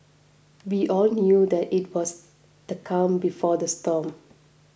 we all knew that it was the calm before the storm